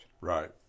Right